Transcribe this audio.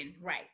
right